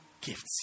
gifts